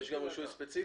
יש לו רישוי ספציפי.